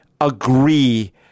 agree